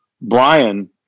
Brian